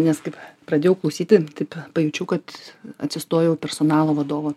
nes kaip pradėjau klausyti taip pajaučiau kad atsistojau personalo vadovo